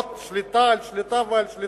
עוד שליטה על שליטה על שליטה,